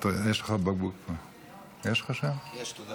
כבוד